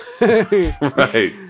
right